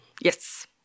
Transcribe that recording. Yes